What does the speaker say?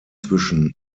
zwischen